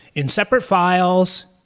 in separate files,